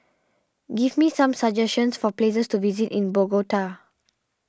give me some suggestions for places to visit in Bogota